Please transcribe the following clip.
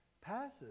Passes